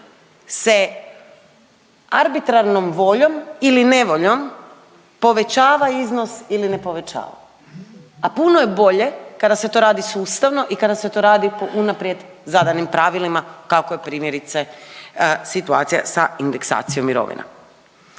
se arbitrarnom voljom ili nevoljom povećava iznos ili ne povećava, a puno je bolje kada se to radi sustavno i kada se to radi po unaprijed zadanim pravilima kako je primjerice situacija sa indeksacijom mirovina.